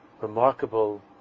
remarkable